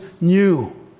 new